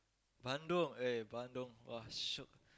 Bandung eh Bandung !wah! shiok